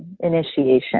initiation